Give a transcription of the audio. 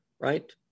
right